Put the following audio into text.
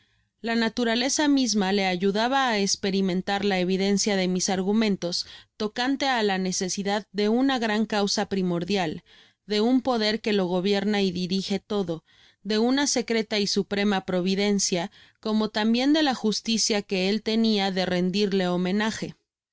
la naturaleza misma le ayudaba á esperimentar k evidencia de mis argumentos tocante á la necesidad de una gran causa primordial de un poder que lo gobierna y dirije todo de una secreta y suprema providencia como bella disertacion del señor abate lavouderie colocada al fin de